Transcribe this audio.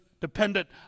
dependent